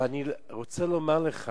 אני רוצה לומר לך,